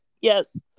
Yes